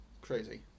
crazy